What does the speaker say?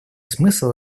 смысл